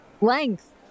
length